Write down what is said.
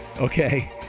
Okay